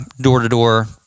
door-to-door